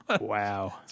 Wow